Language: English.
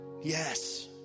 Yes